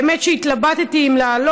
האמת היא שהתלבטתי אם לעלות,